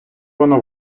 воно